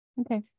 Okay